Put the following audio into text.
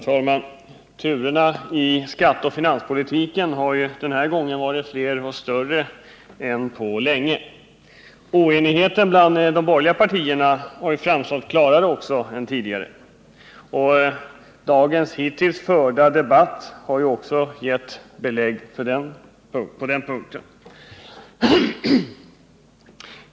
Herr talman! Turerna i skatteoch finanspolitiken har den här gången varit fler och större än på länge. Oenigheten bland de borgerliga partierna har framstått klarare än tidigare — den debatt som hittills har förts här i dag ger också belägg för den saken.